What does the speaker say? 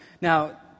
Now